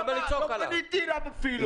לא פניתי אליו אפילו.